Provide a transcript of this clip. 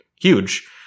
huge